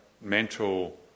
mental